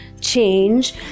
change